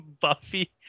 Buffy